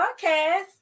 podcast